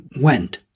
went